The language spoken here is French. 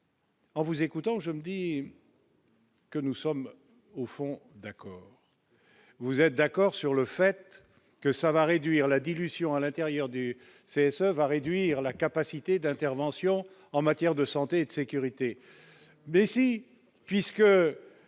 En vous écoutant, je me dis. Que nous sommes au fond, d'accord, vous êtes d'accord sur le fait que ça va réduire la dilution à l'intérieur des c'est ça va réduire la capacité d'intervention en matière de santé et de sécurité si puisque